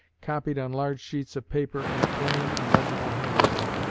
copied on large sheets of paper in a plain and legible handwriting.